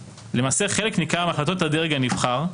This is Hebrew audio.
חלק ניכר מהחלטות הדרג הנבחר,